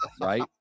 right